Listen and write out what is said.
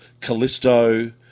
Callisto